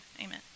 amen